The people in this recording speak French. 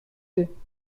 deux